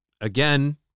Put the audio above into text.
again